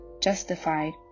justified